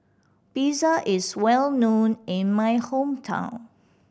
pizza is well known in my hometown